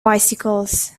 bicycles